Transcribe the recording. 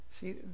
See